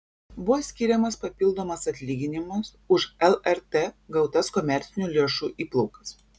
buvo skiriamas papildomas atlyginimas už lrt gautas komercinių lėšų įplaukas